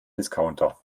discounter